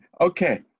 Okay